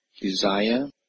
Desire